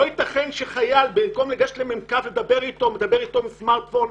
לא ייתכן שחייל במקום לגשת למ"כ ולדבר איתו מדבר איתו בסמרטפון.